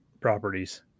properties